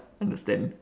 understand